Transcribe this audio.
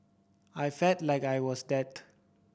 I felt like I was dead